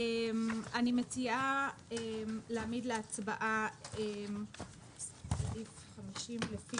אני מציעה להעמיד להצבעה את סעיף 56 לפי